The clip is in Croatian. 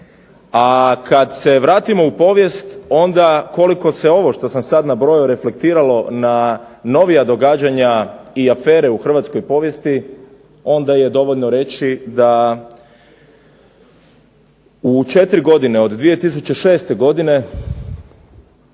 A kada se vratimo u povijest koliko se ovo što sam sada nabrojao, reflektiralo na novija događanja i afere u Hrvatskoj povijesti, onda je dovoljno reći da u 4 godine od 2006. godine